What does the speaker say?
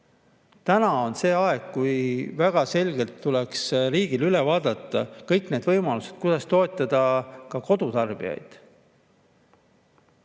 on see aeg, kui väga selgelt tuleks riigil üle vaadata kõik need võimalused, kuidas toetada kodutarbijaid.